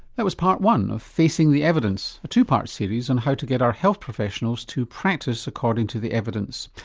that was part one of facing the evidence, a two part series on how to get our health professionals to practice according to the evidence.